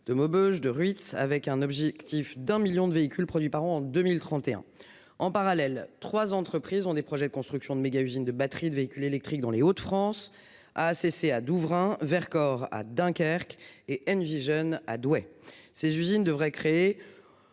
de Maubeuge, de Ruitz avec un objectif d'un million de véhicules produits par an en 2031. En parallèle, 3 entreprises ont des projets de construction de méga-usines de batteries de véhicules électriques dans les Hauts-de-France a cessé à Douvrin Vercors à Dunkerque et and Vision à Douai. Ces usines devraient créer.